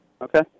Okay